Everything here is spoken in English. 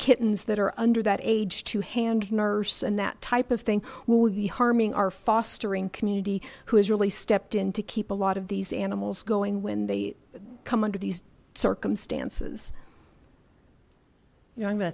kittens that are under that age to hand nurse and that type of thing will you be harming our fostering community who has really stepped in to keep a lot of these animals going when they come under these circumstances you